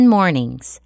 Mornings